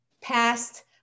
past